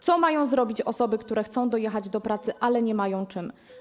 Co mają zrobić osoby, które chcą dojechać do pracy, ale nie mają czym?